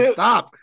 stop